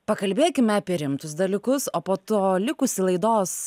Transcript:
pakalbėkime apie rimtus dalykus o po to likusį laidos